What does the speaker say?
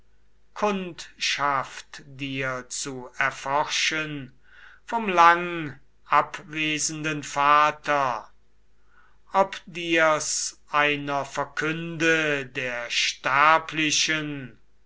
kundschaft dir zu erforschen vom lang abwesenden vater ob dir's einer verkünde der sterblichen